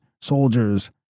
soldiers